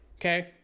okay